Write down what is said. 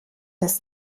des